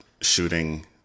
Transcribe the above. shooting